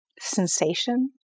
sensation